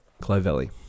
Clovelly